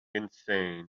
insane